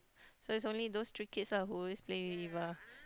so is only those three kids lah who always play with Eva